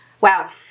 Wow